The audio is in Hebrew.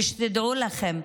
ושתדעו לכם,